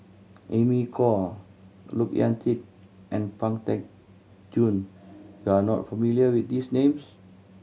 Amy Khor Look Yan Kit and Pang Teck Joon you are not familiar with these names